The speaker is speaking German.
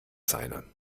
seine